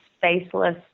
faceless